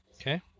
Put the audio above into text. Okay